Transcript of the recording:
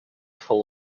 full